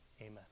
amen